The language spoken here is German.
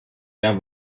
der